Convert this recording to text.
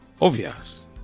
Obvious